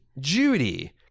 Judy